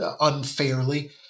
unfairly